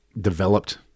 developed